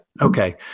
Okay